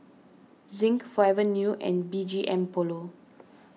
Zinc Forever New and B G M Polo